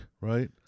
right